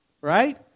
right